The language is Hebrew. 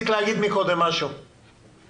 אני